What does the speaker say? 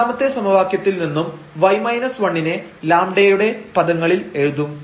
രണ്ടാമത്തെ സമവാക്യത്തിൽ നിന്നും നെ λ യുടെ പദങ്ങളിൽ എഴുതും